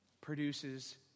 produces